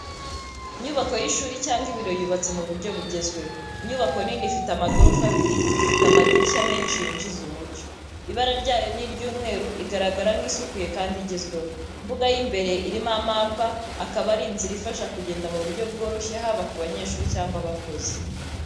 Inyubako y’ishuri cyangwa ibiro yubatse mu buryo bugezweho. Inyubako nini ifite amagorofa abiri ifite amadirishya menshi yinjiza umucyo. Ibara ryayo ni ry'umweru igaragara nk'isukuye kandi igezweho. mbuga y’imbere irimo amapa akaba ari inzira ifasha kugenda mu buryo bworoshye haba ku banyeshuri cyangwa abakozi.